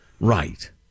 Right